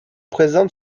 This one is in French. présente